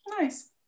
Nice